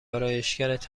آرایشگرت